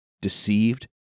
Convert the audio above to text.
deceived